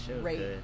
great